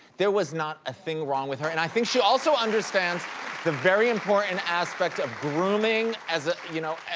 there was not a thing wrong with her. and, i think she also understands the very important aspect of grooming as a. you know,